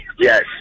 Yes